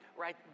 right